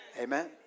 Amen